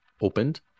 opened